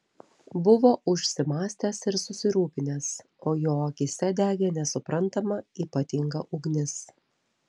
buvo užsimąstęs ir susirūpinęs o jo akyse degė nesuprantama ypatinga ugnis